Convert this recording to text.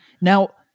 Now